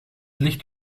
licht